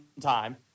time